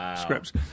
scripts